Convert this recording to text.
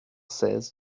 seize